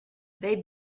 they